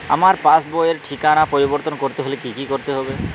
আমার পাসবই র ঠিকানা পরিবর্তন করতে হলে কী করতে হবে?